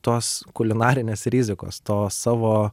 tos kulinarinės rizikos to savo